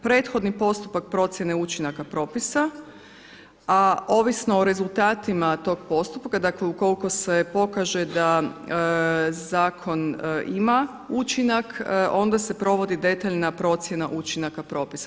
Prethodni postupak procjene učinaka propisa, a ovisno o rezultatima tog postupka, dakle ukoliko se pokaže da zakon ima učinak, onda se provodi detaljna procjena učinaka propisa.